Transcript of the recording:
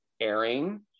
airing